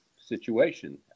situation